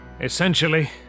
Essentially